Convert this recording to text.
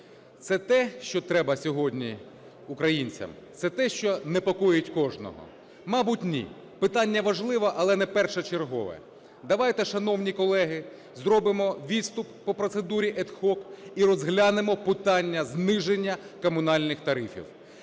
Це те, що треба сьогодні українцям? Це те, що непокоїть кожного? Мабуть, ні. Питання важливе, але не першочергове. Давайте, шановні колеги, зробимо відступ по процедурі ad hoc і розглянемо питання зниження комунальних тарифів.